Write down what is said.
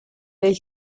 del